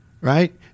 Right